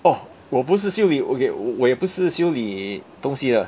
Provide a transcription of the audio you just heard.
orh 我不是修理 okay 我也不是修理东西的